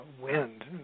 wind